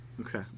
Okay